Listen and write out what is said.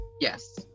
yes